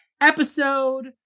episode